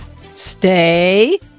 stay